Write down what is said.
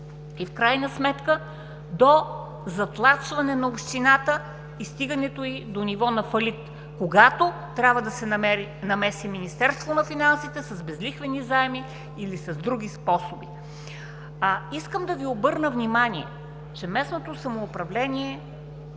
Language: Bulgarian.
и в крайна сметка до затлачване на общината и стигането ѝ до ниво на фалит, когато трябва да се намеси Министерството на финансите с безлихвени заеми или с други способи. Искам да Ви обърна внимание, че местното самоуправление